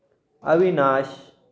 Avinash